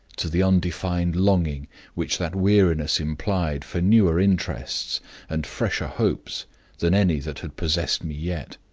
to the undefined longing which that weariness implied for newer interests and fresher hopes than any that had possessed me yet.